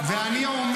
כמו שאני הלכתי.